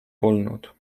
polnud